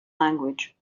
language